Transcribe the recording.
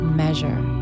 measure